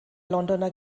londoner